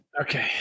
Okay